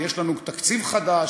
כשיש לנו תקציב חדש,